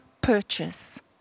purchase